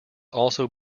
also